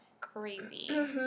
crazy